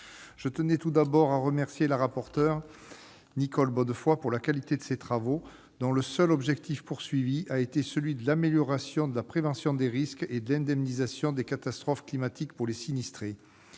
Je tiens tout d'abord à remercier la rapporteure, Nicole Bonnefoy, pour la qualité de ses travaux, dont le seul objectif a été l'amélioration de la prévention des risques et de l'indemnisation des catastrophes climatiques pour les sinistrés.